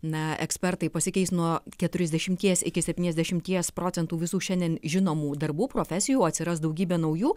na ekspertai pasikeis nuo keturiasdešimties iki septyniasdešimties procentų visų šiandien žinomų darbų profesijų atsiras daugybė naujų